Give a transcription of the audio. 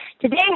Today